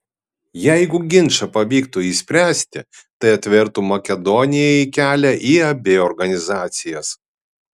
jeigu ginčą pavyktų išspręsti tai atvertų makedonijai kelią į abi organizacijas